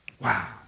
Wow